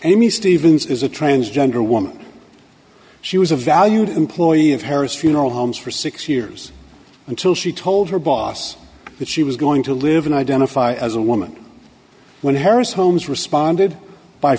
me stevens is a transgender woman she was a valued employee of harris funeral homes for six years until she told her boss that she was going to live and identify as a woman when harris holmes responded by